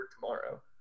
tomorrow